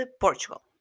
portugal